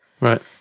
Right